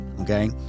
okay